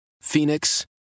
Phoenix